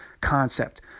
concept